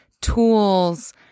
tools